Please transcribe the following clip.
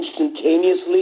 instantaneously